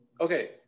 okay